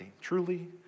Truly